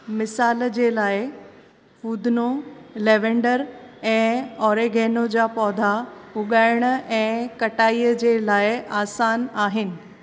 मिसालु जे लाइ फूदिनो लैवेंडर ऐं ऑरेगैनो जा पौधा उगाइणु ऐं कटाईअ जे लाइ आसानु आहिनि